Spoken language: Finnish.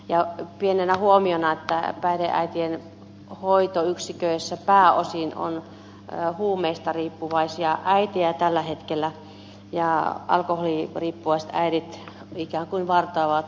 ja pienenä huomiona se että päihdeäitien hoitoyksiköissä pääosa on huumeista riippuvaisia äitejä tällä hetkellä ja alkoholiriippuvaiset äidit ikään kuin vartoavat hoitopaikkoja